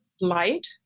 light